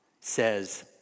says